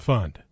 Fund